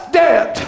dead